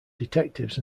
detectives